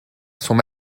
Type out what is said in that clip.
sont